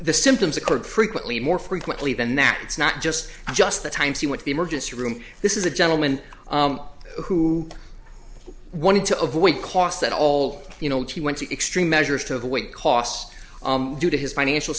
the symptoms occurred frequently more frequently than that it's not just just the times he went the emergency room this is a gentleman who wanted to avoid costs at all you know he went to extreme measures to avoid costs due to his financial